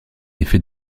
effet